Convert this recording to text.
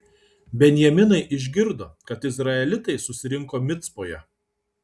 benjaminai išgirdo kad izraelitai susirinko micpoje